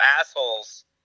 assholes